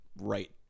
right